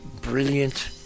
brilliant